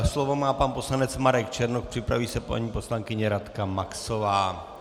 Slovo má pan poslanec Marek Černoch, připraví se paní poslankyně Radka Maxová.